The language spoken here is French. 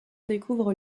découvre